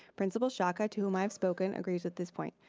principal shaka to whom i have spoken, agrees with this point.